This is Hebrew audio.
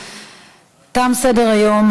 סדר-היום.